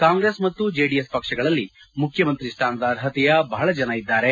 ಕಾಂಗ್ರೆಸ್ ಮತ್ತು ಜೆಡಿಎಸ್ ಪಕ್ಷಗಳಲ್ಲಿ ಮುಖ್ಯಮಂತ್ರಿ ಸ್ಥಾನದ ಅರ್ಹತೆಯ ಬಹಳ ಜನ ಇದ್ದಾರೆ